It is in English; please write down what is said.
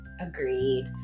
Agreed